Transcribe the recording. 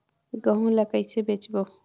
गहूं ला कइसे बेचबो?